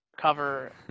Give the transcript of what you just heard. cover